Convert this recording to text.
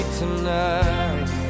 tonight